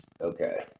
Okay